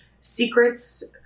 secrets